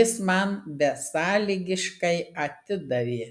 jis man besąlygiškai atidavė